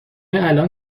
الان